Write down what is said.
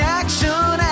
action